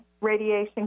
radiation